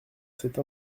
cette